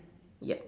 yup